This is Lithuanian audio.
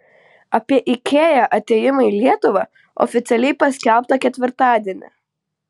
apie ikea atėjimą į lietuvą oficialiai paskelbta ketvirtadienį